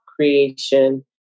creation